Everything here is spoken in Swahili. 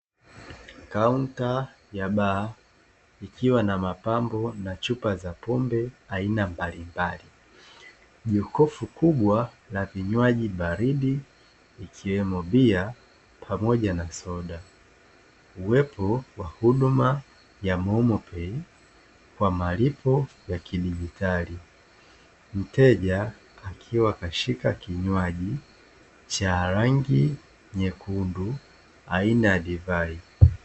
Kaunta ya baa ikiwa na mapambo ya chupa mbalimbali ikiwemo bia kuna huduma ya malipo ya kidigitali mteja akiwa ameshika kinywaji aina ya divai